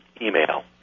email